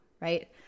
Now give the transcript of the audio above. right